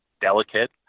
delicate